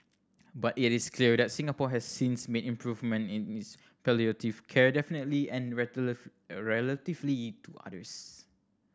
but it is clear that Singapore has since made improvements in its palliative care definitively and relatively to others